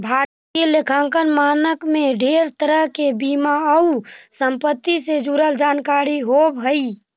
भारतीय लेखांकन मानक में ढेर तरह के बीमा आउ संपत्ति से जुड़ल जानकारी होब हई